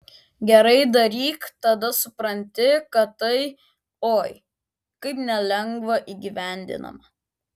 gerai daryk tada supranti kad tai oi kaip nelengvai įgyvendinama